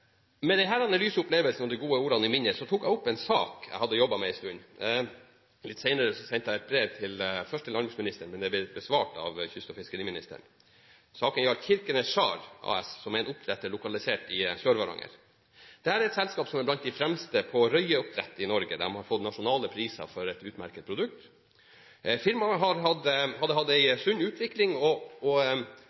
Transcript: Med denne lyse opplevelsen og de gode ordene i minne tok jeg opp en sak som jeg hadde jobbet med en stund. Litt senere sendte jeg et brev, først til landbruksministeren, men det ble besvart av kyst- og fiskeriministeren. Saken gjaldt Kirkenes Charr AS, som er en oppdretter lokalisert i Sør-Varanger. Dette selskapet er blant de fremste på røyeoppdrett i Norge. De har fått nasjonale priser for et utmerket produkt. Firmaet hadde hatt en sunn utvikling, og produksjonsutviklingen gjorde at de var nødt til å se seg om etter nye, mer praktiske og